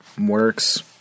works